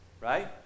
right